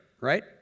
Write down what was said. right